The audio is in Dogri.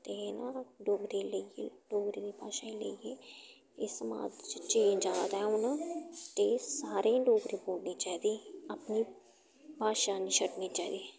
ते ना डोगरी लेइयै डोगरी दी भाशा गी लेइयै इस समाज च चेंज आ'रदा ऐ हून ते सारें गी डोगरी बोलनी चाहिदी अपनी भाशा निं छड्डनी चाहिदी